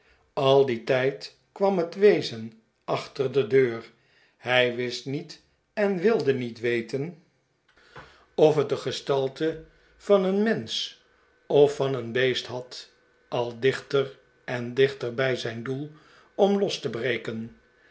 al dien tijd kwam het wezen achter de deur hij wist niet en wilde niet weten montague ma'akt zich ongerust of het de gestalte van een mensch of van een beest had al dichter en dichter bij zijn doel om los te breken